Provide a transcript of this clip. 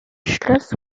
schloss